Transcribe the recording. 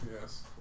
Yes